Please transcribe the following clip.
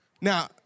Now